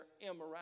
immorality